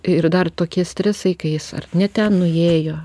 ir dar aš ir dar tokie stresai kai jis ar ne ten nuėjo